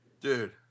dude